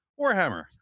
Warhammer